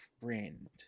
friend